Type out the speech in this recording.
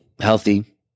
healthy